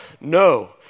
No